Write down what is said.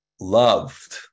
loved